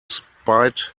spite